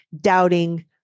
doubting